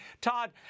Todd